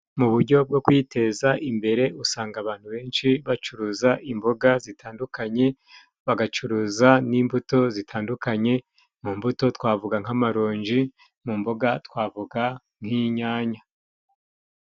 Mu bujyo bwo kwiteza imbere usangamo abantu benshi bacuruza imboga zitandukanye, bagacuruza n'imbuto zitandukanye, mu mbuto twavuga nk'amaronji, mu mboga twavuga nk'inyanya.